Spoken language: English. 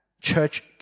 church